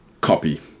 copy